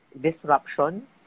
disruption